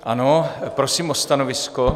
Ano, prosím o stanovisko.